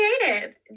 creative